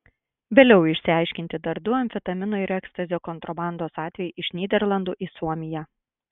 vėliau išaiškinti dar du amfetamino ir ekstazio kontrabandos atvejai iš nyderlandų į suomiją